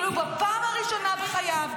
בפעם הראשונה בחייו,